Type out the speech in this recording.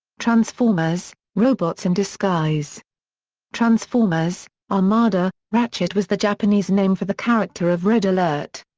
transformers robots in disguise transformers armada ratchet was the japanese name for the character of red alert.